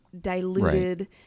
diluted